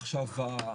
עכשיו,